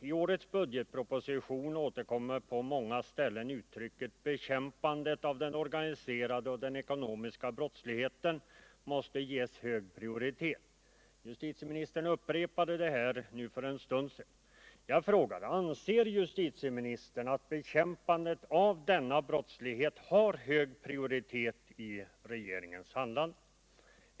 I årets budgetproposition återkommer på många ställen uttalanden om att bekämpande av den organiserade och den ekonomiska brottsligheten måste ges hög prioritet. Justitieministern upprepade det här för en stund sedan. Jag frågar: Anser justitieministern att bekämpandet av denna brottslighet har hög prioritet i regeringens handlande?